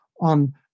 on